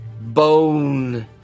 bone